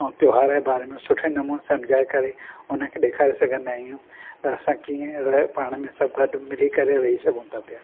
ऐं त्योहारु जे बारे में सुठे नमूने समझाए करे उन खे ॾेखारे सघंदा आहियूं त असां कीअं पाण में सभु गॾु मिली करे रही सघूं था पिया